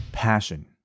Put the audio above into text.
passion